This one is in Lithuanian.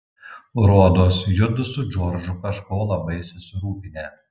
rodos judu su džordžu kažko labai susirūpinę